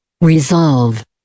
Resolve